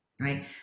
right